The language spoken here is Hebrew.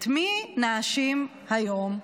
את מי נאשים היום?